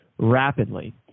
rapidly